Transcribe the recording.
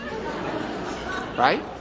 Right